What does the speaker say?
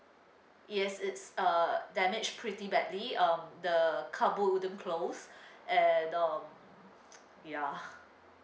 yes it's uh damaged pretty badly um the car booth wouldn't close and um ya